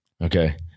Okay